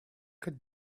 could